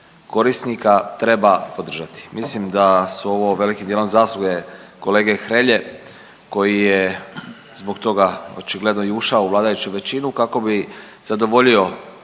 korisnika treba podržati. Mislim da su ovo velikim dijelom zasluge kolege Hrelje koji je zbog toga očigledno i ušao u vladajuću većinu kako bi zadovoljio